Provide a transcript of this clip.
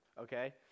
okay